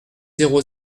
zéro